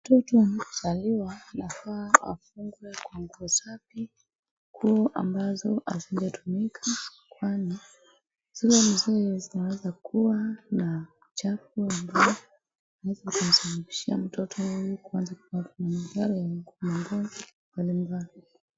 Mtoto akizaliwa anafaa afungwe kwa nguo safi ambazo hazijatumika kwani zile mzee zinaweza kuwa na chafu ambayo inaweza kumsababishia mtoto kuanza kupata madhara ya ngozi.